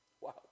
Wow